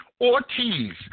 Ortiz